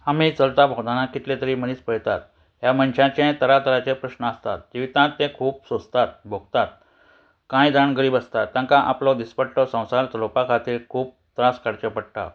आमी चलता भोंवतना कितले तरी मनीस पळयतात ह्या मनशाचे तरातराचे प्रस्न आसतात जिवितांत ते खूब सोंसतात भोगतात कांय जाण गरीब आसतात तांकां आपलो दिसपट्टो संवसार चलोपा खातीर खूब त्रास काडचे पडटा